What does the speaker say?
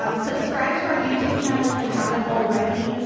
um subscribe to our youtube channel if you haven't already.